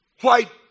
white